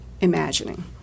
imagining